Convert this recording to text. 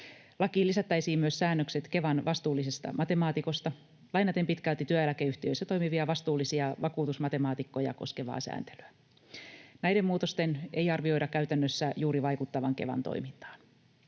Lakiin lisättäisiin myös säännökset Kevan vastuullisesta matemaatikosta lainaten pitkälti työeläkeyhtiöissä toimivia vastuullisia vakuutusmatemaatikkoja koskevaa sääntelyä. Näiden muutosten ei arvioida käytännössä juuri vaikuttavan Kevan toimintaan.